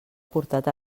portat